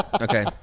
Okay